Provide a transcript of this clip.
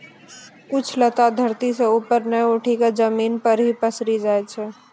कुछ लता धरती सं ऊपर नाय उठी क जमीन पर हीं पसरी जाय छै